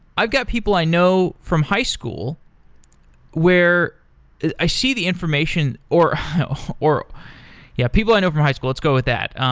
i've got people i know from high school where i see the information, or or yeah, people i know from high school. let's go with that.